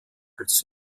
als